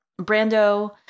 Brando